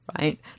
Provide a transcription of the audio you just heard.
Right